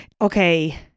Okay